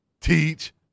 teach